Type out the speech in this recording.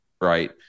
Right